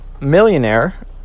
millionaire